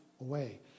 away